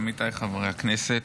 עמיתיי חברי הכנסת,